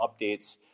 updates